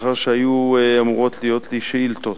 מאחר שהיו אמורות להיות לי שאילתות,